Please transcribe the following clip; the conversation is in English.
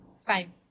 Time